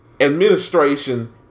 administration